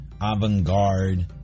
avant-garde